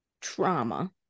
trauma